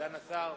סגן השר.